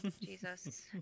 jesus